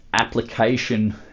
application